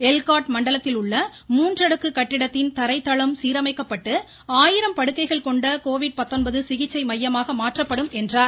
எல்காட் மண்டலத்தில் உள்ள மூன்றடுக்கு கட்டிடத்தின் தரைதளம் சீரமைக்கப்பட்டு ஆயிரம் படுக்கைகள் கொண்ட சிகிச்சை மையமாக மாற்றப்படும் என்றார்